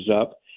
up